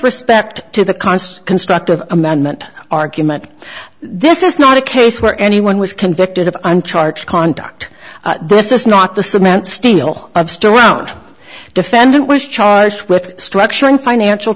respect to the const constructive amendment argument this is not a case where anyone was convicted of and charged conduct this is not the cement steel of story out defendant was charged with structuring financial